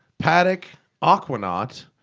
patek aquanaut,